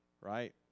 right